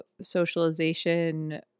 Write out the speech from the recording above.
socialization